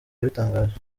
yabitangaje